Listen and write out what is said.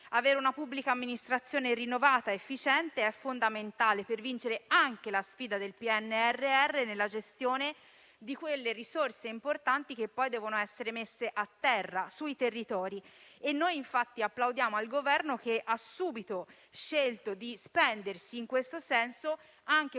Avere una pubblica amministrazione rinnovata ed efficiente è fondamentale per vincere anche la sfida del PNRR nella gestione di quelle risorse importanti che poi dovranno essere dispiegate nei territori. Noi, infatti, plaudiamo al Governo che ha subito scelto di spendersi in questo senso anche con